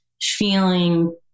feeling